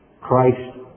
Christ